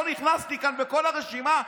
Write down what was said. לא נכנסתי כאן לכל הרשימה,